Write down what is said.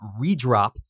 redrop